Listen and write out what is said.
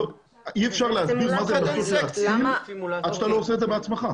אי אפשר להסביר מה זה לנסות להציל עד שאתה לא עושה את זה בעצמך.